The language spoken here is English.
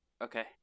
Okay